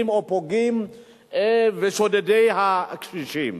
או פוגעים בקשישים ושודדי הקשישים.